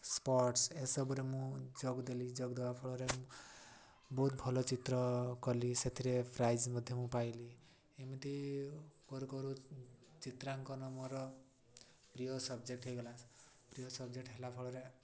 sports ଏସବୁରେ ମୁଁ ଯୋଗ ଦେଲି ଯୋଗ ଦେବା ଫଳରେ ମୁଁ ବହୁତ ଭଲ ଚିତ୍ର କଲି ସେଥିରେ ପ୍ରାଇଜ୍ ମଧ୍ୟ ମୁଁ ପାଇଲି ଏମିତି କରୁକରୁ ଚିତ୍ରାଙ୍କନ ମୋର ପ୍ରିୟ ସବଜେକ୍ଟ ହେଇଗଲା ପ୍ରିୟ ସବଜେକ୍ଟ ହେଲା ଫଳରେ